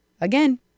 Again